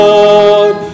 Lord